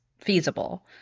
feasible